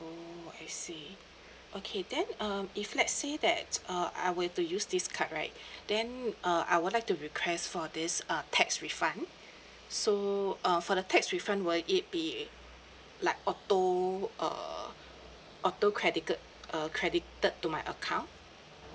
oh I see okay then um if let's say that uh I were to use this card right then uh I would like to request for this uh tax refund so uh for the tax refund will it be like auto uh auto credike~ err credited to my account